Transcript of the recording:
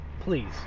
Please